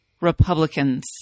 Republicans